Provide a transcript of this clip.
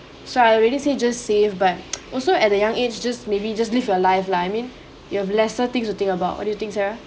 so I already say just save but also at a young age just maybe just live your live lah I mean you have lesser things or think about what do you think sara